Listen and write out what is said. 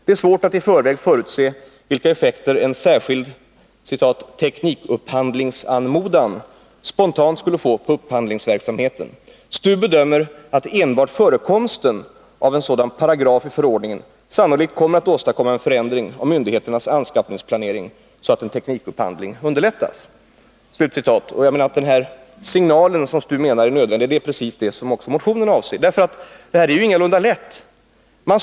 Det är svårt att i förväg förutse vilka effekter en särskild ”teknikupphandlingsanmodan” spontant skulle få på upphandlingsverksamheten. STU bedömer att enbart förekomsten av en sådan paragraf i förordningen sannolikt kommmer att åstadkomma en förändring av myndigheternas anskaffningsplanering så att teknikupphandling underlättas.” Jag menar att den signal som STU anser nödvändig är precis det som också motionen avser. Det här är ingalunda lätta frågor.